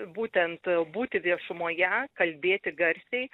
būtent būti viešumoje kalbėti garsiai